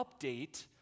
update